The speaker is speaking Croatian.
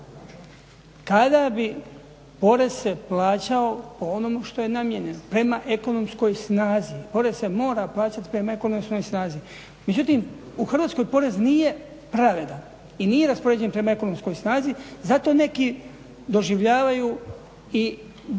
Kada bi porez se plaćao po onome što je namijenjeno prema ekonomskoj snazi, porez se mora plaćati prema ekonomskoj snazi. Međutim u Hrvatskoj porez nije pravedan i nije raspoređen prema ekonomskoj snazi zato neki doživljavaju i nesrećom